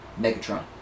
Megatron